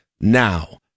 now